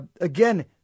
again